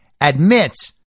admits